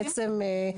בעצם,